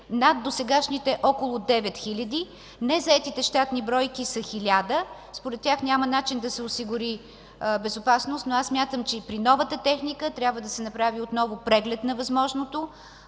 над досегашните около девет хиляди. Незаетите щатни бройки са хиляда. Според тях няма начин да се осигури безопасност, но аз смятам, и при новата техника трябва да се направи отново преглед на възможното.